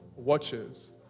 watches